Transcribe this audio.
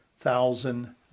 thousand